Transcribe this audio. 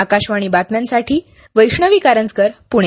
आकाशवाणी बातम्यांसाठी वैष्णवी कारंजकर पुणे